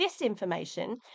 disinformation